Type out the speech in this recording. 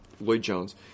Lloyd-Jones